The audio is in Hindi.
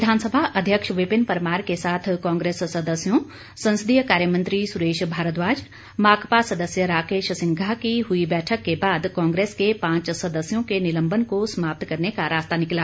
विधानसभा अध्यक्ष विपिन परमार के साथ कांग्रेस सदस्यों संसदीय कार्य मंत्री सुरेश भारद्वाज माकपा सदस्य राकेश सिंघा की हुई बैठक के बाद कांग्रेस के पांच सदस्यों के निलंबन को समाप्त करने का रास्ता निकला